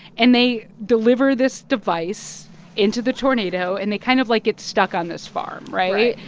and they deliver this device into the tornado, and they kind of, like, get stuck on this farm, right? right.